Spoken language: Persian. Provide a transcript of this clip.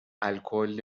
الکل